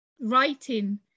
writing